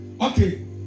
Okay